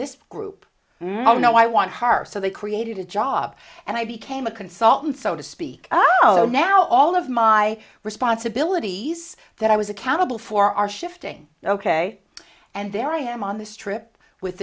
this group oh no i want her so they created a job and i became a consultant so to speak oh now all of my responsibilities that i was accountable for are shifting ok and there i am on this trip with